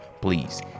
please